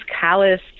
callous